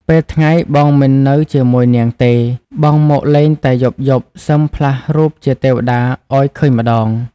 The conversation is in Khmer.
ពេលថ្ងៃបងមិននៅជាមួយនាងទេ បងមកលេងតែយប់ៗសឹមផ្លាស់រូបជាទេវតាឱ្យឃើញម្ដង។